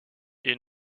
est